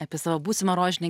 apie savo būsimą rožinį